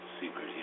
secret